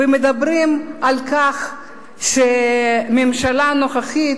ומדברים על כך שהממשלה הנוכחית